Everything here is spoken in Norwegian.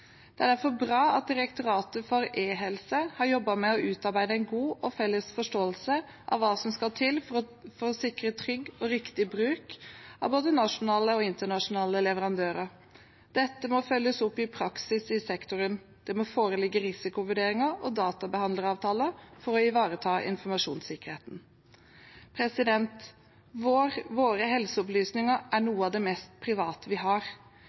Det er derfor bra at Direktoratet for e-helse har jobbet med å utarbeide en god og felles forståelse av hva som skal til for å sikre trygg og riktig bruk av både nasjonale og internasjonale leverandører. Dette må følges opp i praksis i sektoren. Det må foreligge risikovurderinger og databehandleravtaler for å ivareta informasjonssikkerheten. Våre helseopplysninger er noe av det mest private vi har.